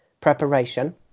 preparation